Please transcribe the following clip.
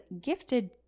gifted